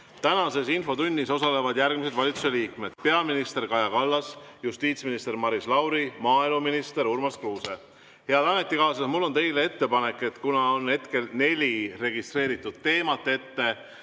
Tänases infotunnis osalevad järgmised valitsuse liikmed: peaminister Kaja Kallas, justiitsminister Maris Lauri ja maaeluminister Urmas Kruuse. Head ametikaaslased, mul on teile ettepanek. Kuna hetkel on ette registreeritud neli teemat,